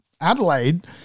Adelaide